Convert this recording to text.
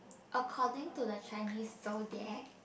according to the Chinese zodiac